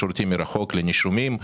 השירותים מרחוק לנישומים.